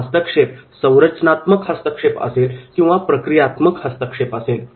हा हस्तक्षेप संरचनात्मक हस्तक्षेप असेल किंवा प्रक्रियात्मक हस्तक्षेप असेल